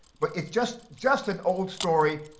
but it's just just an old story